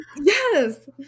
Yes